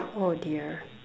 oh dear